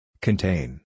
Contain